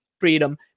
freedom